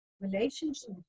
relationship